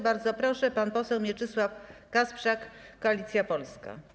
Bardzo proszę, pan poseł Mieczysław Kasprzak, Koalicja Polska.